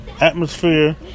atmosphere